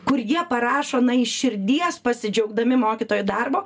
kur jie parašo na iš širdies pasidžiaugdami mokytojų darbu